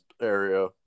area